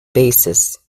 basis